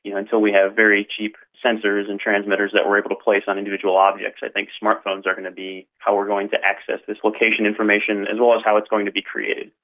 you know until we have very cheap sensors and transmitters that we're able to place on individual objects, i think smart phones are going to be how we're going to access this location information, as well as how it's going to be created.